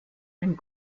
and